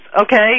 okay